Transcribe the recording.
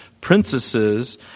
princesses